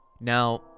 Now